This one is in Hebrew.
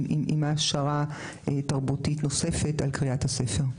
עם העשרה תרבותית נוספת על קריאת הספר.